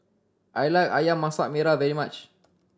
I like Ayam Masak Merah very much